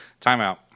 timeout